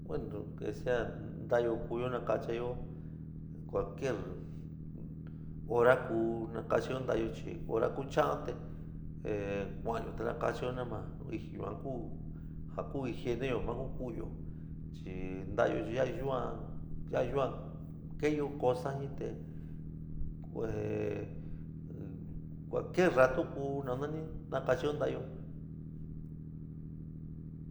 Bueno que sea ntaáyo kuyo nakachayó cualquier hora kuú nakachayoó ntaáyo chi hora ku cha'an te kua'anyo te nakachayó nama yuan ku ja ku higieneo ma ku ku'uyo chi nta'ayo chi yaá yuán yaá yuán keéyo cosa jɨn te kue cualquier ratu ku nananɨ nakachayó ntaáyo.